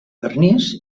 vernís